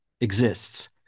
exists